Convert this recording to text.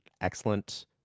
excellent